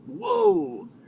whoa